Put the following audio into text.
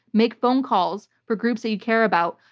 make phone calls for groups that you care about.